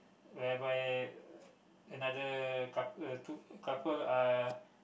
whereby another couple two eh couple are